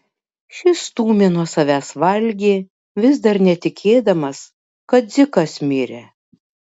šis stūmė nuo savęs valgį vis dar netikėdamas kad dzikas mirė